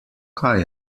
kaj